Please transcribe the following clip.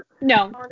No